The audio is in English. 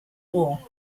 war